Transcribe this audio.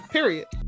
Period